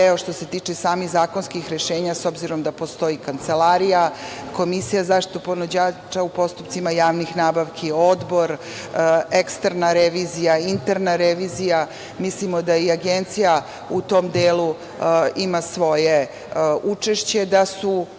što se tiče zakonskih rešenja, s obzirom da postoji kancelarija, Komisija za zaštitu ponuđača u postupcima javnih nabavki, odbor, eksterna revizija, interna revizija, mislimo da i Agencija u tom delu ima svoje učešće, da su